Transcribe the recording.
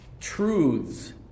truths